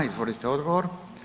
Izvolite odgovor.